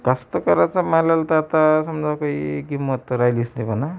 कष्टकऱ्याच्या मालाला तर आता समजा काही किंमत तर राहिलीच नाही म्हणा